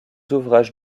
ouvrages